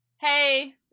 hey